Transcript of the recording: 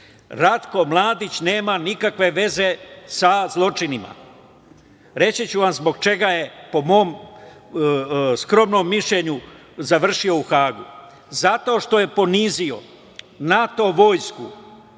Ratko Mladić nema nikakve veze sa zločinima. Reći ću vam zbog čega je, po mom skromnom mišljenju, završio u Hagu. Zato što je ponizio NATO vojsku